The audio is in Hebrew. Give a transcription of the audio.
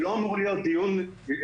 זה לא אמור להיות דיון תרבותי?